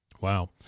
Wow